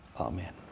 Amen